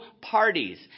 parties